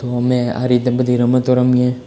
તો અમે આ રીતે બધી રમતો રમીએ